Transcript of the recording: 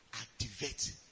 activate